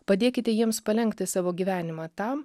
padėkite jiems palenkti savo gyvenimą tam